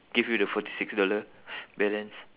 give you the forty six dollar balance